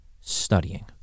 studying